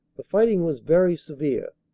the fighting was very severe,